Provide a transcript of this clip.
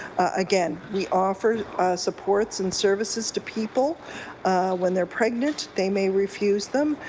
again, we offer supports and services to people when they're pregnant. they may refuse them.